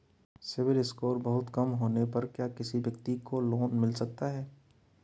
CIBIL score बहुत कम होने पर क्या किसी व्यक्ति को लोंन मिलेगा?